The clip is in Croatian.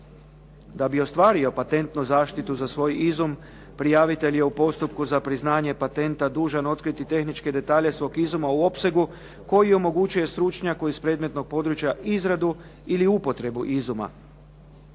Da bi ostvario patentnu zaštitu za svoj izum prijavitelj je o postupku za priznanje patenta dužan otkriti tehničke detalje svog izuma u opsegu koji omogućuje stručnjaku iz predmetnog područja izradu ili upotrebu izuma.